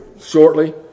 shortly